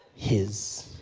his